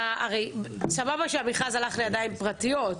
סבבה שהמכרז הלך לידיים פרטיות.